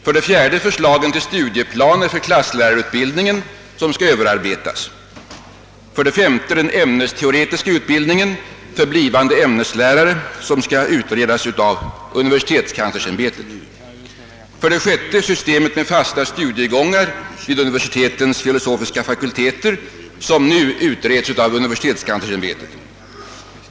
För det fjärde skall förslagen till studieplaner för klasslärarutbildningen överarbetas. För det femte skall den ämnesteoretiska utbildningen för blivande ämneslärare utredas av universitetskanslersämbetet. För det sjätte utreds systemet med fast studiegång vid universitetens filosofiska fakulteter av universitetskanslersämbetet.